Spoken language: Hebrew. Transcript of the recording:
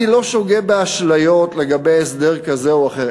אני לא שוגה באשליות לגבי הסדר כזה או אחר.